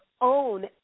own